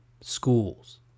schools